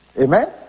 Amen